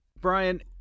brian